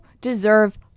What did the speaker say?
deserve